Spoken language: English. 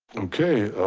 okay,